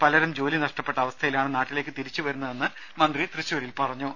പലരും ജോലി നഷ്ടപ്പെട്ട അവസ്ഥയിലാണ് നാട്ടിലേക്ക് തിരിച്ചു വരുന്നതെന്നും മന്ത്രി ത്വശൂരിൽ പറഞ്ഞു